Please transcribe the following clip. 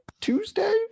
Tuesday